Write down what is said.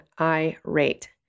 irate